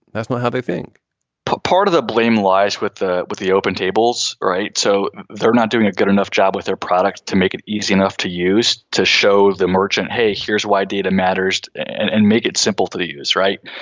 that's not how they think part of the blame lies with the with the open tables. right. so they're not doing a good enough job with their products to make it easy enough to use to show the merchant. hey, here's why data matters and and make it simple to use. right.